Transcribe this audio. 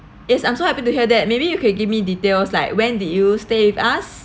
it's I'm so happy to hear that maybe you can give me details like when did you stay with us